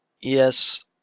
Yes